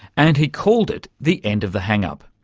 and he called it the end of the hangup,